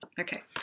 Okay